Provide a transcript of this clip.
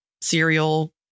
cereal